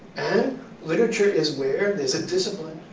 and literature is where there's a discipline,